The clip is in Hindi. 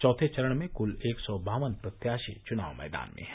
चौथे चरण में कुल एक सौ बावन प्रत्याशी चुनाव मैदान में हैं